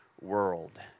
world